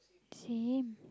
same